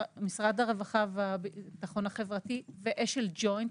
משרד הרווחה והביטחון החברתי ואשל ג׳וינט,